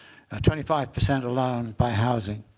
twenty five percent alone by housing.